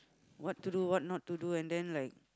what to do what not to do and then like